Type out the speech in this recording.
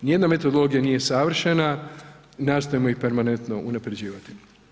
Ni jedna metodologija nije savršena, nastojimo ju permanentno unapređivati.